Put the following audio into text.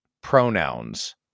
pronouns